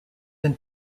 than